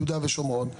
ביהודה ושומרון.